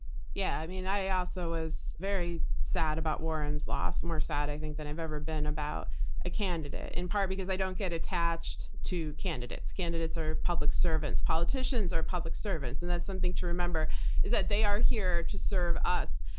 yeah i mean, i also was very sad about warren's loss. more sad, i think, than i've ever been about a candidate. in part because i don't get attached to candidates. candidates are public servants. politicians are public servants. and that's something to remember is that they are here to serve us.